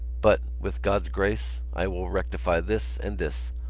but, with god's grace, i will rectify this and this.